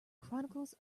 chronicles